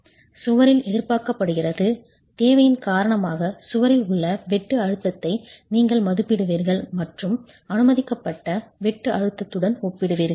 சுவரில் எதிர்பார்க்கப்படுகிறது தேவையின் காரணமாக சுவரில் உள்ள வெட்டு அழுத்தத்தை நீங்கள் மதிப்பிடுவீர்கள் மற்றும் அனுமதிக்கப்பட்ட வெட்டு அழுத்தத்துடன் ஒப்பிடுவீர்கள்